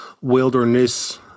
wilderness